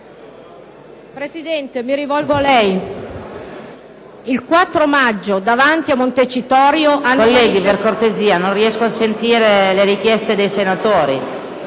Presidente, mi rivolgo a lei. Il 4 maggio davanti a Montecitorio... *(Brusìo).* PRESIDENTE. Colleghi, per cortesia, non riesco a sentire le richieste dei senatori.